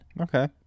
Okay